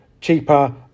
cheaper